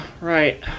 right